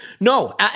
No